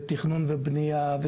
תכנון ובנייה,